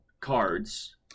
cards